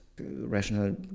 rational